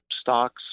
stocks